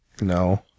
No